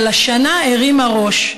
אבל השנה הרימה ראש,